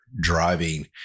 driving